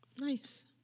Nice